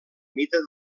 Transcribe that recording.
mida